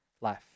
life